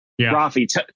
Rafi